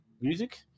music